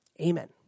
amen